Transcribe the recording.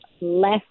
less